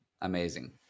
Amazing